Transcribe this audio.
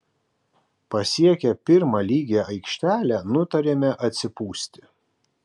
pasiekę pirmą lygią aikštelę nutarėme atsipūsti